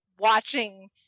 watching